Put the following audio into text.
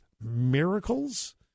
miracles